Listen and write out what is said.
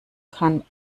kann